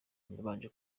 babanje